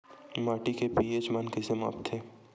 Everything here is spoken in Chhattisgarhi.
माटी के पी.एच मान कइसे मापथे?